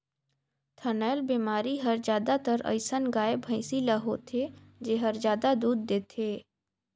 थनैल बेमारी हर जादातर अइसन गाय, भइसी ल होथे जेहर जादा दूद देथे